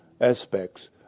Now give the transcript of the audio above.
aspects